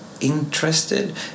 interested